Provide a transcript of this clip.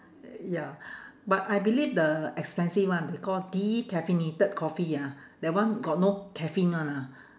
ya but I believe the expensive one they call decaffeinated coffee ah that one got no caffeine one ah